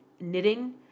knitting